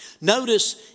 Notice